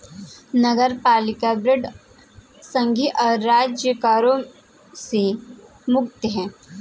नगरपालिका बांड संघीय और राज्य करों से मुक्त हैं